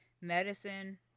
medicine